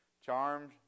charmed